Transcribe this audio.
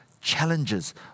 challenges